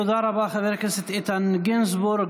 תודה רבה, חבר הכנסת איתן גינזבורג.